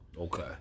Okay